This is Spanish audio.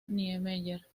niemeyer